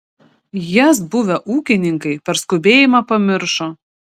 jas buvę ūkininkai per skubėjimą pamiršo